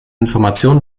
information